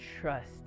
trust